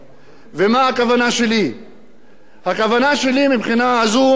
הכוונה שלי מבחינה זו היא שפרסום דבר כזה,